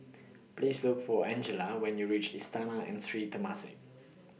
Please Look For Angelia when YOU REACH Istana and Sri Temasek